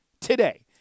today